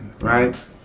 right